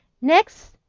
next